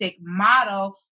model